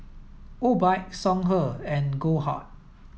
Obike Songhe and Goldheart